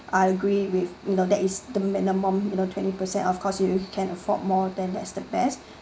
I agree with you know that is the minimum you know twenty percent of course you you can afford more then that's the best